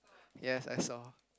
yes I saw